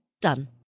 done